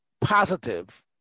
positive